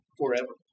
forever